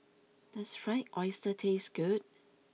does Fried Oyster taste good